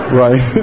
right